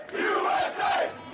USA